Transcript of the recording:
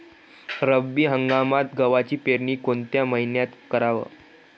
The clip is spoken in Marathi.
रब्बी हंगामात गव्हाची पेरनी कोनत्या मईन्यात कराव?